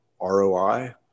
ROI